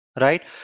right